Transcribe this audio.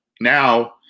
now